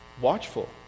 watchful